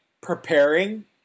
preparing